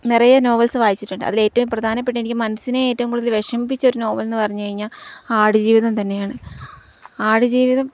നിറയെ നോവൽസ് വായിച്ചിട്ടുണ്ട് അതില് ഏറ്റവും പ്രധാനപ്പെട്ട എനിക്ക് മനസ്സിനെ ഏറ്റവും കൂടുതൽ വിഷമിപ്പിച്ച ഒരു നോവലെന്നു പറഞ്ഞുകഴിഞ്ഞാല് ആടുജീവിതം തന്നെയാണ് ആടുജീവിതം